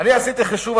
אני עשיתי חישוב,